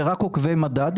וזה רק עוקבי מדד.